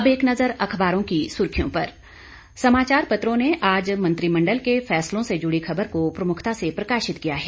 अब एक नजर अखबारों की सुर्खियों पर समाचार पत्रों ने आज मंत्रिमंडल के फैसलों से जुड़ी खबर को प्रमुखता से प्रकाशित किया है